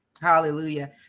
hallelujah